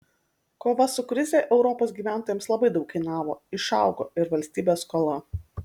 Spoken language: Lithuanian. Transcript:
kova su krize europos gyventojams labai daug kainavo išaugo ir valstybės skola